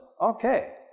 Okay